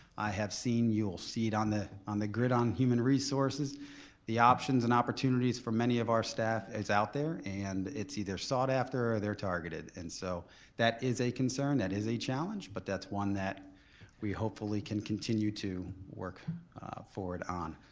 i have seen. you'll see it on the on the grid on human resources the option and opportunities for many of our staff is out there and it's either sought after or they're targeted. and so that is a concern, that is a challenge, but that's one that we hopefully can continue to work forward on.